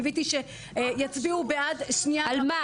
קיוויתי שיצביעו בעד -- על מה?